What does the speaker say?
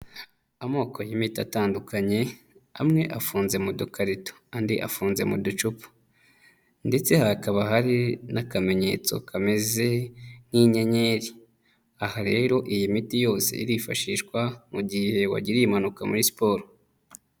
Amoko y'imiti atandukanye, amwe afunze mu dukarito, andi afunze mu ducupa ,ndetse hakaba hari n'akamenyetso kameze nk'inyenyeri, aha rero iyi miti yose irifashishwa mu gihe wagiriye impanuka muri siporo.